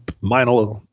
minor